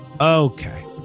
Okay